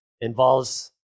involves